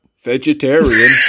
vegetarian